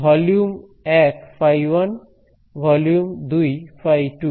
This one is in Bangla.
volume 1 φ1 volume 2 φ2